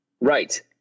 right